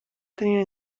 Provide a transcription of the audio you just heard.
tenir